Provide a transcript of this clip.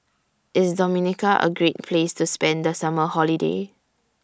IS Dominica A Great Place to spend The Summer Holiday